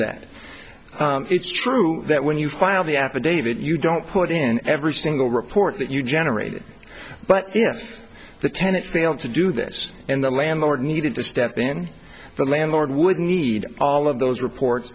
that it's true that when you file the affidavit you don't put in every single report that you generated but if the tenant failed to do this and the landlord needed to step in the landlord would need all of those reports